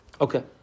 Okay